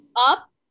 up